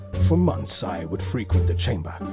for months, i would frequent the chamber,